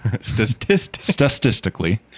statistically